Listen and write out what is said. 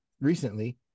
recently